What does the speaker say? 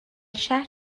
شهر